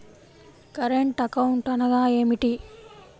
Current account అనగా ఏమిటి?